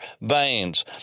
veins